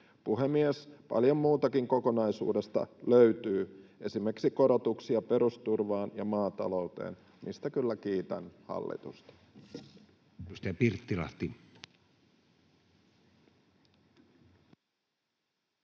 Puhemies! Paljon muutakin kokonaisuudesta löytyy, esimerkiksi korotuksia perusturvaan ja maatalouteen, mistä kyllä kiitän hallitusta. [Speech